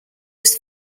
its